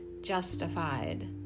justified